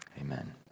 amen